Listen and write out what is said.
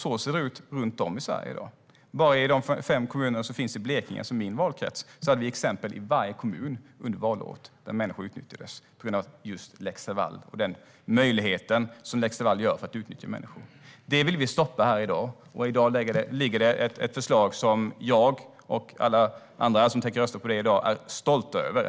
Så ser det ut runt om i Sverige i dag. Bara i de fem kommunerna i min valkrets, Blekinge, fanns det under valåret exempel i varje kommun på att människor utnyttjades på grund av just lex Laval och den möjlighet som lex Laval innebär för att utnyttja människor. Det vill vi stoppa här i dag. I dag finns ett förslag som jag och alla andra som tänker rösta på är stolta över.